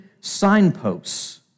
signposts